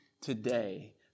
today